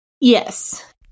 yes